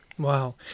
Wow